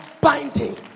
binding